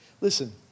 Listen